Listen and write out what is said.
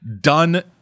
done